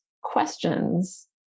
questions